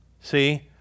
See